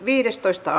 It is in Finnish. asia